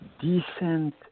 decent